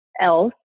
else